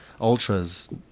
ultras